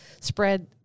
spread